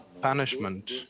punishment